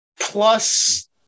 Plus